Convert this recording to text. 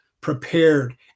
prepared